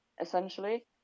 essentially